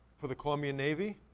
for the colombian navy?